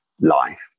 life